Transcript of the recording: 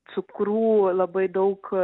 cukrų labai daug